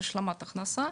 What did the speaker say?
השלמת הכנסה,